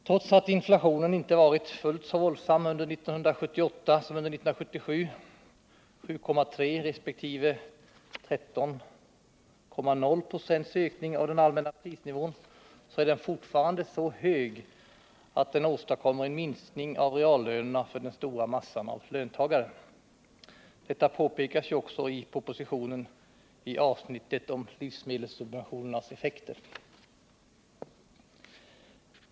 Trots att inflationen inte varit fullt så våldsam under 1978 som under 1977, 7,3 resp. 13,0 96 ökning av den allmänna prisnivån, så är den fortfarande så hög att den åstadkommer en minskning av reallönerna för den stora massan av löntagare. Detta påpekas ju också i propositionen i avsnittet om livsmedelssubventionernas effekter.